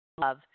love